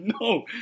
no